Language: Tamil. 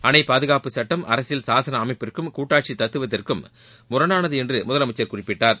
அணை பாதுகாப்பு சுட்டம் அரசியல் சாசன அமைப்பிற்கும் கூட்டாட்சி தத்துவதற்கும் முரணானது என்று முதலமைச்சர் குறிப்பிட்டார்